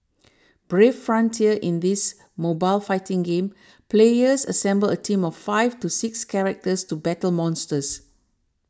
Brave Frontier In this mobile fighting game players assemble a team of five to six characters to battle monsters